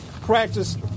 practice